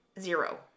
zero